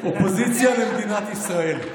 אופוזיציה למדינת ישראל.